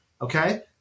okay